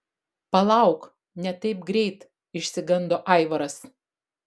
palauk ne taip greit išsigando aivaras